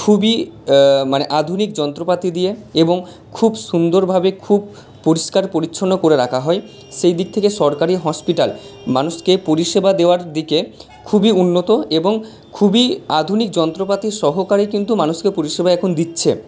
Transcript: খুবই মানে আধুনিক যন্ত্রপাতি দিয়ে এবং খুব সুন্দরভাবে খুব পরিষ্কার পরিচ্ছন্ন করে রাখা হয় সেই দিক থেকে সরকারি হসপিটাল মানুষকে পরিষেবা দেওয়ার দিকে খুবই উন্নত এবং খুবই আধুনিক যন্ত্রপাতি সহকারে কিন্তু মানুষকে পরিষেবা এখন দিচ্ছে